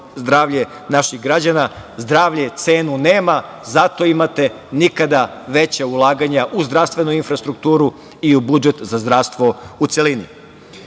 zdravlje naših građana, zdravlje cenu nema, zato imate nikada veća ulaganja u zdravstvenu infrastrukturu i u budžet za zdravstvo u celini. Od